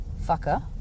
fucker